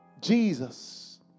Jesus